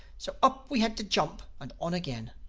so up we had to jump and on again.